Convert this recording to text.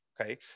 okay